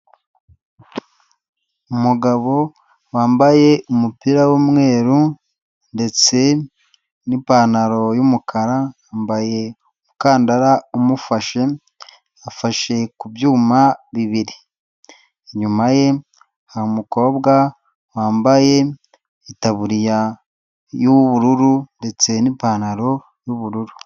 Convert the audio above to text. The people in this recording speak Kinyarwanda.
Umugabo wambaye umupira w'umweru ndetse n'ipantaro y'umukara yambaye umukandara amufashe afashe ku byuma bibiri, inyuma ye hamukobwa wambaye itaburiya y'ubururu ndetse n'ipantaro y'ubururu.